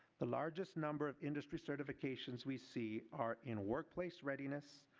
the largest number of industry certifications we see are in work place readiness,